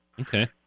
Okay